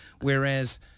whereas